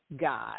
God